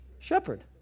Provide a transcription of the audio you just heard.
shepherd